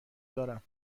دارم